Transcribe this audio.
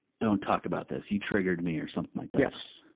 don't talk about this. you triggered me, or something like that. yes.